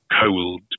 cold